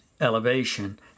elevation